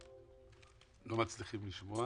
לא מצליחים לשמוע.